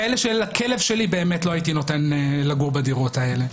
כאלה שלכלב שלי לא הייתי נותן לגור בהן.